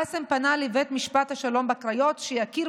קאסם פנה לבית משפט השלום בקריות שיכיר